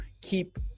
keep